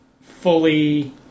fully